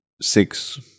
six